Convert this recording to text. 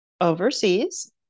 overseas